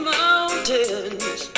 mountains